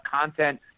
content